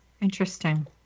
Interesting